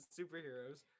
superheroes